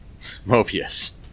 mobius